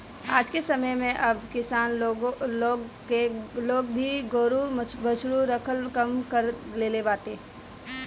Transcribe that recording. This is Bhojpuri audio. आजके समय में अब किसान लोग भी गोरु बछरू रखल कम कर देले बाटे